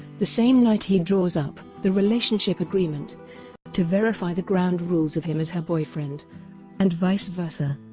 the same night he draws up the relationship agreement to verify the ground rules of him as her boyfriend and vice versa.